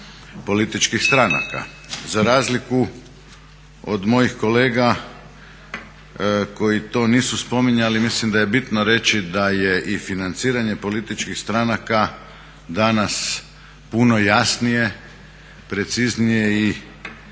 političkih stranaka. Za razliku od mojih kolega koji to nisu spominjali, mislim da je bitno reći da je i financiranje političkih stranaka danas puno jasnije, preciznije i